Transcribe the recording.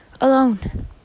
alone